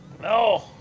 No